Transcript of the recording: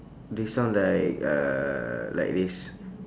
they sound like uh like this